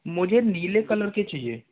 मुझे नीले कलर के चाहिए